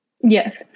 yes